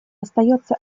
остается